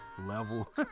level